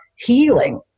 healing